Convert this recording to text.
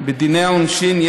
בדיני העונשין,